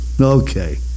okay